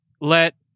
let